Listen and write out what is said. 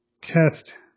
Test